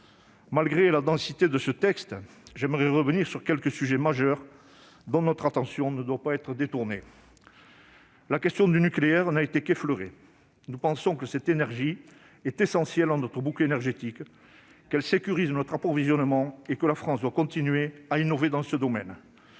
Malgré la densité de ce texte, je tiens à revenir sur quelques sujets majeurs dont notre attention ne doit pas être détournée. La question de l'énergie nucléaire n'a été qu'effleurée. Or nous pensons que le nucléaire est essentiel à notre bouquet énergétique ... Très bien !..., qu'il sécurise notre approvisionnement et que la France doit continuer à innover dans ce domaine.